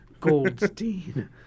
Goldstein